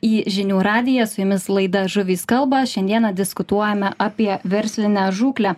į žinių radiją su jumis laida žuvys kalba šiandieną diskutuojame apie verslinę žūklę